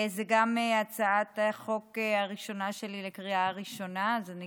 זו גם הצעת החוק הראשונה שלי לקריאה ראשונה, אז זה